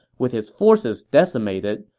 with his forces decimated,